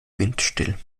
windstill